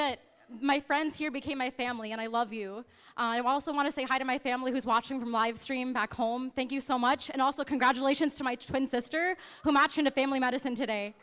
that my friends here became my family and i love you i also want to say hi to my family was watching them live stream back home thank you so much and also congratulations to my twin sister who march in the family medicine today